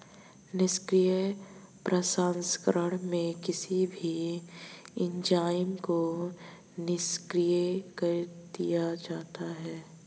निष्क्रिय प्रसंस्करण में किसी भी एंजाइम को निष्क्रिय कर दिया जाता है